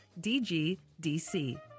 DGDC